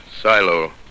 silo